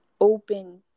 open